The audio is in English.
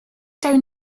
down